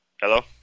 Hello